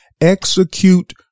Execute